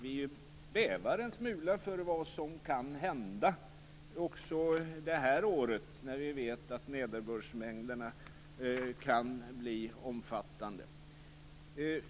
Vi bävar en smula för vad som kan hända också det här året, när vi vet att nederbördsmängderna kan bli omfattande.